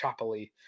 choppily